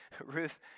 Ruth